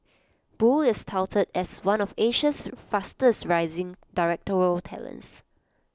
boo is touted as one of Asia's fastest rising directorial talents